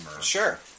Sure